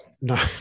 no